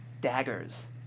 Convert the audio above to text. daggers